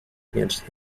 against